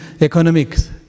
economics